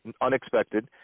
unexpected